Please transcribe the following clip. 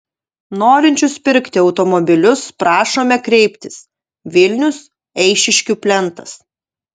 norinčius pirkti automobilius prašome kreiptis vilnius eišiškių plentas